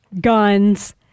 guns